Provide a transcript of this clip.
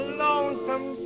lonesome